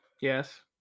Yes